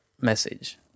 message